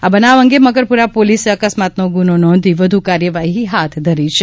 આ બનાવ અંગે મકરપુરા પોલીસે અકસ્માતનો ગુનો નોંધી કાર્યવાહી હાથ ધરી છે